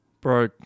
Bro